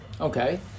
Okay